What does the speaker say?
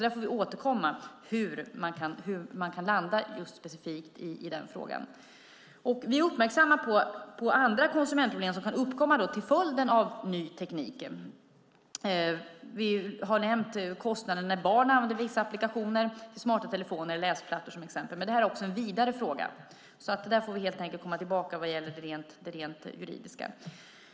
Vi får återkomma om hur man kan landa specifikt i den frågan. Vi är uppmärksamma på andra konsumentproblem som kan uppkomma till följd av ny teknik. Vi har nämnt kostnader när barn använder vissa applikationer, med smarta telefoner och läsplattor som exempel, men det här är en vidare fråga. Där får vi helt enkelt komma tillbaka vad gäller det rent juridiska.